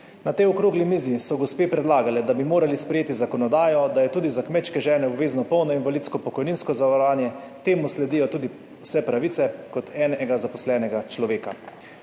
Na tej okrogli mizi so gospe predlagale, da bi morali sprejeti zakonodajo, da je tudi za kmečke žene obvezno polno invalidsko pokojninsko zavarovanje, temu sledijo tudi vse pravice, kot jih ima en zaposleni človek.